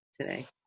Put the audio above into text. today